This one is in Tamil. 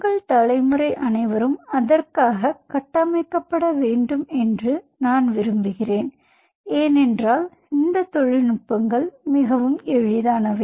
உங்கள் தலைமுறை அனைவரும் அதற்காக கட்டமைக்கப்பட வேண்டும் என்று நான் விரும்புகிறேன் ஏனென்றால் இந்த தொழில்நுட்பங்கள் மிகவும் எளிது